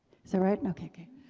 so right? and ok, ok.